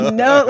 no